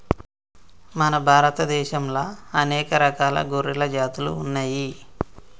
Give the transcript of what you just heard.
మన భారత దేశంలా అనేక రకాల గొర్రెల జాతులు ఉన్నయ్యి